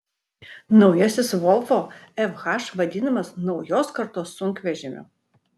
naujasis volvo fh vadinamas naujos kartos sunkvežimiu